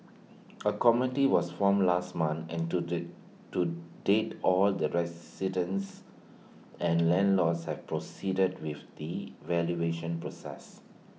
A committee was formed last month and to day to date all the residents and landlords have proceeded with the valuation process